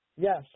Yes